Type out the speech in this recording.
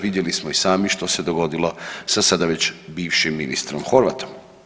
Vidjeli smo i sami što se dogodilo sa sada već bivšim ministrom Horvatom.